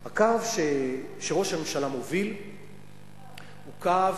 הקו שראש הממשלה מוביל הוא קו